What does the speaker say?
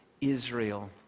Israel